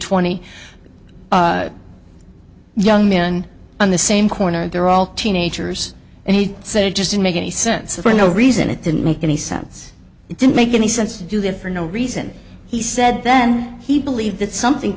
twenty young men on the same corner they're all teenagers and he said it just didn't make any sense so for no reason it didn't make any sense it didn't make any sense to do that for no reason he said then he believed that something